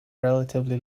relatively